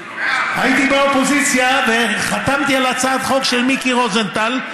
הייתי באופוזיציה וחתמתי על הצעת חוק של מיקי רוזנטל,